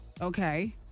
Okay